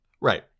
Right